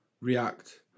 react